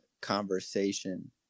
conversation